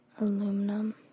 aluminum